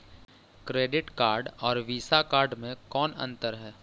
Credit card और Visa card मे कौन अन्तर है?